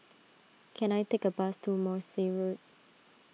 can I take a bus to Morse Road